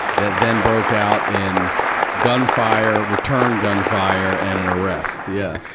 that then broke out in gunfire, return gunfire, and an arrest, yeah.